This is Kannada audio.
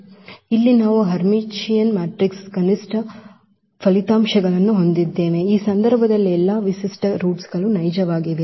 ಇಲ್ಲಿ ನಾವು ಹರ್ಮಿಟಿಯನ್ ಮ್ಯಾಟ್ರಿಕ್ಸ್ನ ಕನಿಷ್ಠ ಫಲಿತಾಂಶಗಳನ್ನು ಹೊಂದಿದ್ದೇವೆ ಈ ಸಂದರ್ಭದಲ್ಲಿ ಎಲ್ಲಾ ವಿಶಿಷ್ಟ ರೂಟ್ಸ್ ಗಳು ನೈಜವಾಗಿವೆ